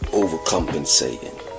overcompensating